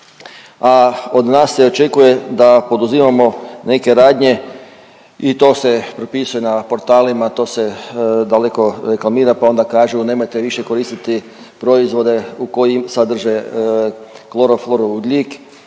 a od nas se očekuje da poduzimamo neke radnje i to se propisuje na portalima, to se daleko reklamira, pa onda kažu nemojte više koristiti proizvode u koji sadrže kloroflor i ugljik,